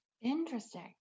Interesting